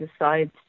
decides